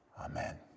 Amen